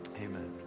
Amen